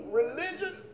religion